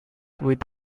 with